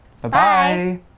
Bye-bye